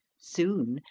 soon,